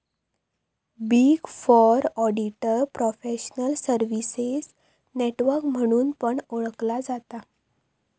big four auditor professional services network म्हणून पण ओळखला जाता